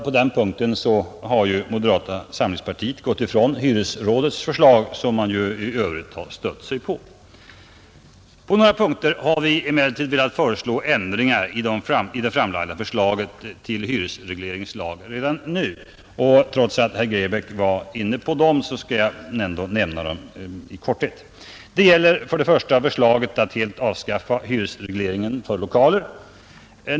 På den punkten har moderata samlingspartiet gått ifrån hyresrådets förslag, som man i övrigt har stött sig på. På några punkter har vi emellertid velat föreslå ändringar i det framlagda förslaget till hyresregleringslag redan nu. Trots att herr Grebäck berörde detta skall jag i korthet nämna dem. Det gäller för det första förslaget att helt avskaffa hyresregleringen för lokaler.